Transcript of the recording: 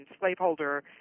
slaveholder